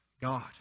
God